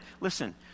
Listen